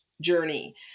journey